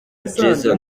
jason